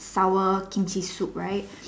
sour Kimchi soup right